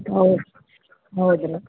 ಹೌದಾ ಹೌದಾ ರೀ